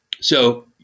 So-